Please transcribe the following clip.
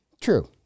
True